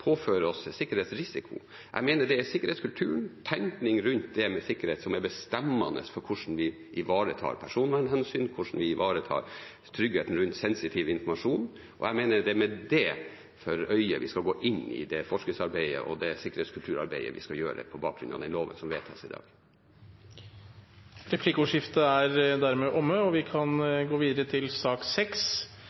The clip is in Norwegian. påføre oss sikkerhetsrisiko. Jeg mener det er sikkerhetskulturen og tenkning rundt sikkerhet som er bestemmende for hvordan vi ivaretar personvernhensyn, hvordan vi ivaretar tryggheten rundt sensitiv informasjon. Jeg mener at det er med dette for øye vi skal gå inn i forskriftsarbeidet og i sikkerhetskulturarbeidet vi skal gjøre – med bakgrunn i loven som vedtas i dag. Replikkordskiftet er omme. Flere har ikke bedt om ordet til sak